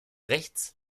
rechts